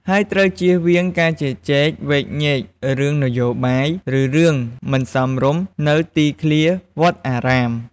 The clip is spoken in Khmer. ហើយត្រូវជៀសវាងការជជែកវែកញែករឿងនយោបាយ ឬរឿងមិនសមរម្យនៅទីធ្លាវត្តអារាម។